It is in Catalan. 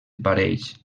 parells